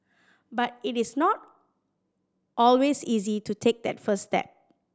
but it is not always easy to take that first step